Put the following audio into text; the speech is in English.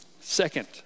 Second